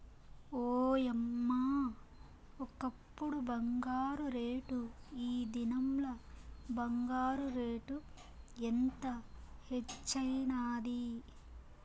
ఓయమ్మ, ఒకప్పుడు బంగారు రేటు, ఈ దినంల బంగారు రేటు ఎంత హెచ్చైనాది